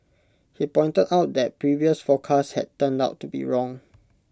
he pointed out that previous forecasts had turned out to be wrong